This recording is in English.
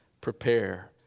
prepare